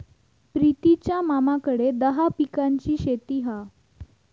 प्रितीच्या मामाकडे दहा पिकांची शेती हा